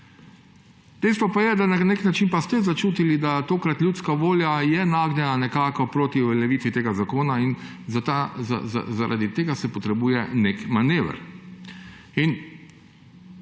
Dejstvo pa je, da na nek način pa ste začutili, da tokrat ljudska volja je nagnjena nekako proti uveljavitvi tega zakona, in zaradi tega se potrebuje nek manever.